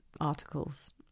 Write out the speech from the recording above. articles